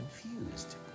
confused